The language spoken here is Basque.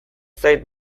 zait